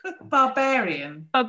barbarian